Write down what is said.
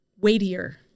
weightier